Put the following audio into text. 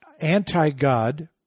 anti-God